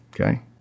Okay